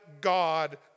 God